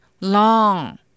Long